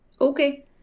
Okay